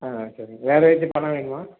ஆ சரிங்க வேறு ஏதாச்சும் பழம் வேணுமா